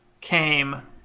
came